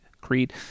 creed